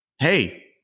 Hey